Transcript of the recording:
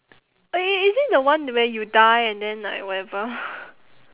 eh is it the one where you die and then like whatever